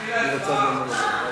אנחנו רוצים דיון במליאה.